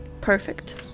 perfect